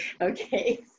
Okay